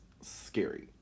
scary